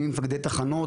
ממפקדי התחנות,